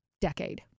decade